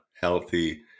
healthy